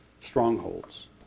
strongholds